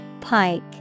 Pike